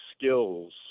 skills